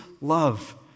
love